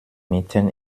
mitten